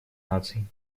наций